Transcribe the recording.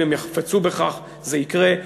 אם הם יחפצו בכך זה יקרה,